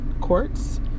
quartz